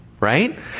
Right